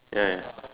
ya ya